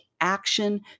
action